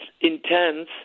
intense